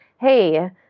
hey